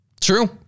True